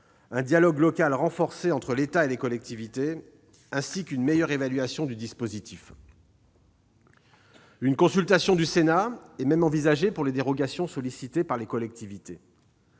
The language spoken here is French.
un dialogue local renforcé entre l'État et les collectivités, ainsi que par une meilleure évaluation du dispositif. Une consultation du Sénat est même envisagée pour les dérogations sollicitées par les collectivités.